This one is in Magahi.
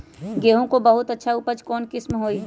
गेंहू के बहुत अच्छा उपज कौन किस्म होई?